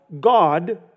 God